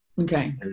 Okay